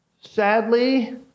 sadly